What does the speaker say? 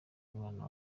mwana